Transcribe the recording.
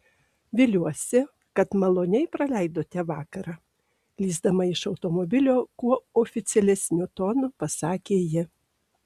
viliuosi kad maloniai praleidote vakarą lįsdama iš automobilio kuo oficialesniu tonu pasakė ji